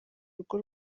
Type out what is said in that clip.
urugo